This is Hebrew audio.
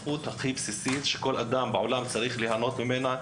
הזכות הבסיסית ביותר שכל ילד צריך להיות יכול להנות ממנה,